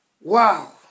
Wow